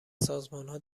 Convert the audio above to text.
سازمانها